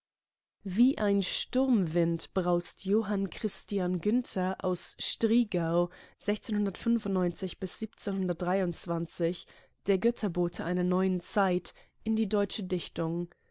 wie ein sturmwind braust johann christian günther aus striegau der götterbote einer neuen zeit in die deutsche dichtung